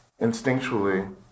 Instinctually